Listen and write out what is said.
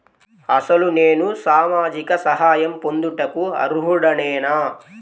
అసలు నేను సామాజిక సహాయం పొందుటకు అర్హుడనేన?